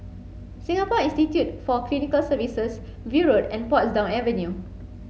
Singapore Institute for Clinical Sciences View Road and Portsdown Avenue